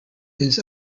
his